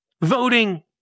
Voting